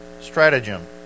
stratagem